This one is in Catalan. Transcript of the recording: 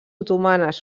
otomanes